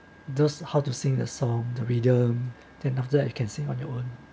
those how to sing the song the rhythm then after that you can sing on your own